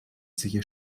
sicher